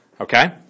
Okay